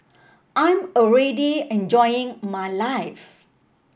I'm already enjoying my life